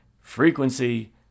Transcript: frequency